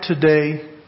today